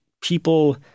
people